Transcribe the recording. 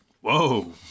Whoa